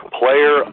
player